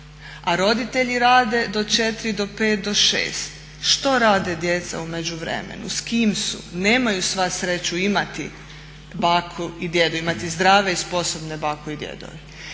a roditelji rade do 4, do 5, do 6. Što rade djeca u međuvremenu? S kim su? Nemaju sva sreću imati baku i djedu, imati zdrave i sposobne bake i djedove.